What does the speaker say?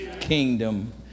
Kingdom